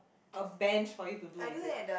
a bench for you to do is it